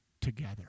together